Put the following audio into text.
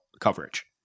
coverage